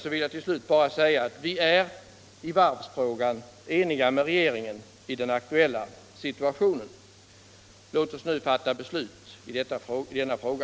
Jag vill till slut bara säga att vi när det gäller varvsindustrin är eniga med regeringen i den aktuella situationen. Låt oss nu fatta beslut i denna fråga.